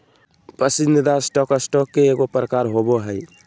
पसंदीदा stock, stock के एगो प्रकार होबो हइ